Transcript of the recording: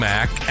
Mac